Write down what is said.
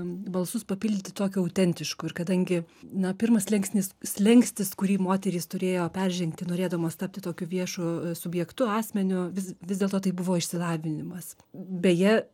balsus papildyti tokiu autentišku ir kadangi na pirmas slenksnis slenkstis kurį moterys turėjo peržengti norėdamos tapti tokiu viešu subjektu asmeniu vis vis dėlto tai buvo išsilavinimas beje